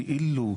כאילו,